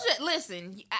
Listen